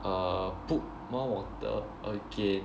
err put more water again